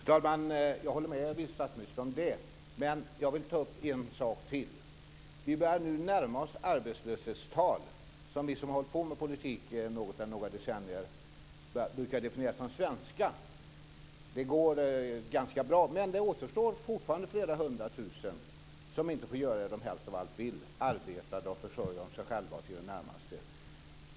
Fru talman! Jag håller med vice statsministern om det. Men jag vill ta upp en sak till. Vi börjar närma oss arbetslöshetstal som vi som har hållit på med politiken något eller några decennier brukar definiera som de svenska. Det går ganska bra, men det återstår fortfarande flera hundratusen som inte får göra vad de helst av allt vill, arbeta och försörja sig själva och sina närmaste.